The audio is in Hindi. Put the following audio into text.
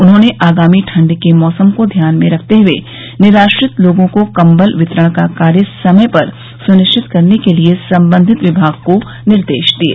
उन्होंने आगामी ठंड के मौसम को ध्यान में रखते हए निराश्रित लोगों को कम्बल वितरण का कार्य समय पर सुनिश्चित करने के लिए संबंधित विमाग को निर्देश दिये